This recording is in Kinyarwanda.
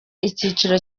icyiciro